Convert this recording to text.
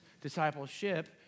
Discipleship